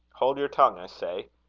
hold your tongue, i say.